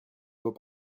vaut